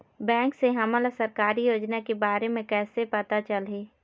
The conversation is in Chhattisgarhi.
बैंक से हमन ला सरकारी योजना के बारे मे कैसे पता चलही?